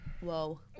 Whoa